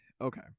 okay